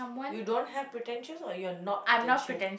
you don't have potential or you're not potential